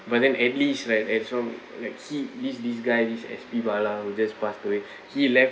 but then at least like as long like he this this guy this S_P bala who just passed away he left